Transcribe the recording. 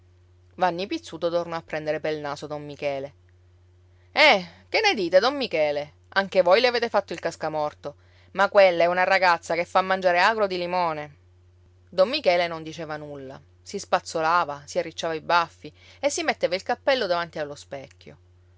vanni pizzuto tornò a prendere pel naso don michele eh che ne dite don michele anche voi le avete fatto il cascamorto ma quella è una ragazza che fa mangiare agro di limone don michele non diceva nulla si spazzolava si arricciava i baffi e si metteva il cappello davanti allo specchio